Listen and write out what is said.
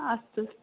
अस्तु